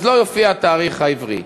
אז לא יופיע התאריך העברי.